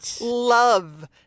love